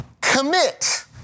commit